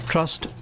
Trust